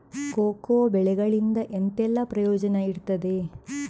Cocoa ಬೆಳೆಗಳಿಂದ ಎಂತೆಲ್ಲ ಪ್ರಯೋಜನ ಇರ್ತದೆ?